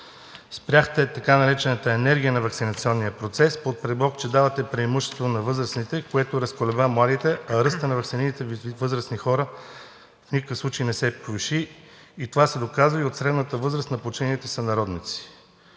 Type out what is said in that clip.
спряхте така наречената енергия на ваксинационния процес под предлог, че давате преимущество на възрастните, което разколеба младите, а ръстът на ваксинираните възрастни хора в никакъв случай не се повиши. Това се доказва и от средната възраст на починалите сънародници.